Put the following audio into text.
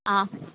ஆ